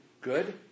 Good